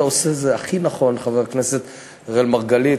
חבר הכנסת אראל מרגלית.